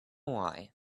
why